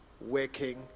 working